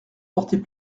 porter